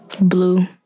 Blue